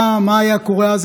מה היה קורה אז?